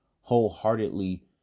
wholeheartedly